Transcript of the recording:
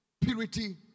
Purity